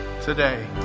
today